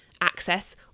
access